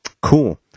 cool